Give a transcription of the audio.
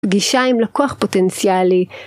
פגישה עם לקוח פוטנציאלי.